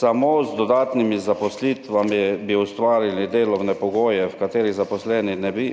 Samo z dodatnimi zaposlitvami bi ustvarili delovne pogoje, v katerih zaposleni ne bi